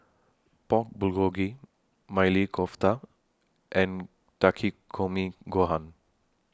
Pork Bulgogi Maili Kofta and Takikomi Gohan